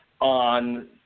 on